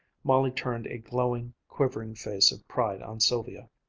molly turned a glowing, quivering face of pride on sylvia,